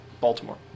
Baltimore